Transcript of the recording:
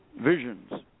Visions